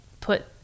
put